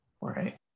Right